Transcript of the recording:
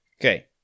Okay